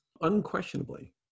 Unquestionably